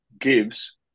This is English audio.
gives